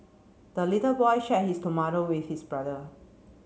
the little boy share his tomato with his brother